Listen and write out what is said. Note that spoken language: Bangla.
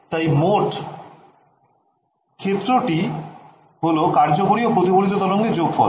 তাই মোট ক্ষেত্রটি হল কার্যকরী ও প্রতিফলিত তরঙ্গের যোগফল